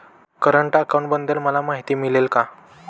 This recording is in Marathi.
करंट अकाउंटबद्दल मला माहिती मिळेल का?